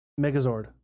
Megazord